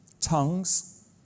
tongues